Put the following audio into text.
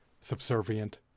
subservient